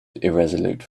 irresolute